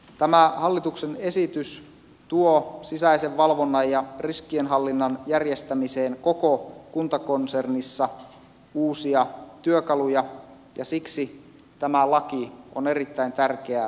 tämä hallituksen esitys tuo sisäisen valvonnan ja riskienhallinnan järjestämiseen koko kuntakonsernissa uusia työkaluja ja siksi tämä laki on erittäin tärkeää